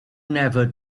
never